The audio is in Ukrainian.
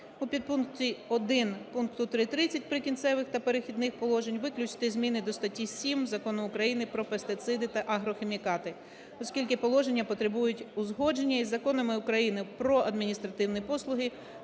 У підпункті 1 пункту 3.30 "Прикінцевих та перехідних положень" виключити зміни до статті 7 Закону України "Про пестициди та агрохімікати", оскільки положення потребують узгодження із законами України "Про адміністративні послуги",